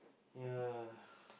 ya